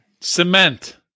Cement